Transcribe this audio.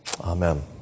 Amen